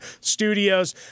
studios